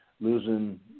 losing